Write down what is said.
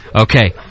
Okay